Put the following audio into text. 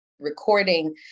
recording